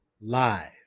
live